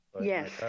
Yes